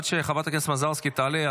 עד שחברת הכנסת מזרסקי תעלה,